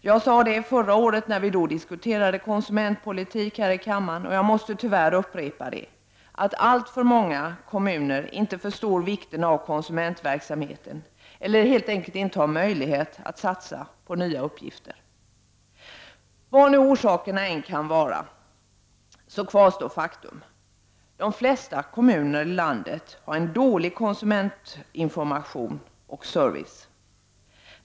Jag sade förra året när vi diskuterade konsumentpolitik här i kammaren, och jag måste tyvärr upprepa det, att alltför många kommuner inte förstår vikten av konsumentverksamhet eller helt enkelt inte har möjlighet att satsa på nya uppgifter. Vilka orsakerna än kan vara kvarstår faktum, nämligen att de flesta kommunerna i landet har en dålig konsumentinformation och service.